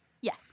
Yes